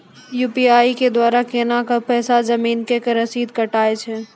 UPI के द्वारा केना कऽ पैसा जमीन के रसीद कटैय छै?